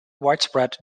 widespread